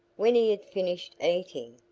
when he had finished eating,